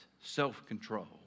self-control